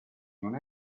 non